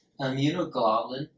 immunoglobulin